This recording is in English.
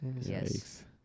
Yes